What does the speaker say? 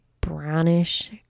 brownish